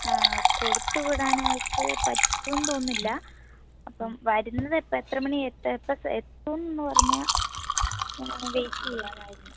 ആ കൊടുത്തു വിടാനായിട്ട് പറ്റും എന്ന് തോന്നുന്നില്ല അപ്പം വരുന്നത് എപ്പം എത്ര മണി എപ്പം എത്തുമെന്ന് പറഞ്ഞാൽ ഞാൻ വേണേൽ വെയ്റ്റ് ചെയ്യാമായിരുന്നു